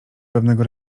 pewnego